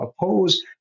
oppose